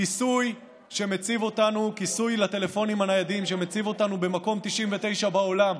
כיסוי לטלפונים הניידים שמציב אותנו במקום 99 בעולם,